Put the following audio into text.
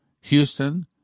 Houston